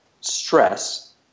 stress